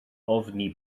ofni